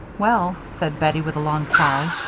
well, said bettie, with a long sigh,